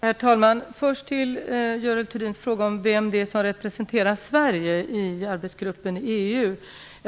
Herr talman! Först till Görel Thurdins fråga om vem det är som representerar Sverige i arbetsgruppen i EU.